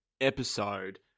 episode